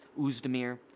Uzdemir